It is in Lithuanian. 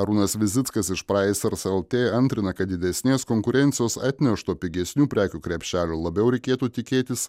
arūnas visickas iš pricers lt antrina kad didesnės konkurencijos atnešto pigesnių prekių krepšelio labiau reikėtų tikėtis